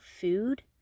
food